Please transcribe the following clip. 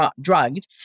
drugged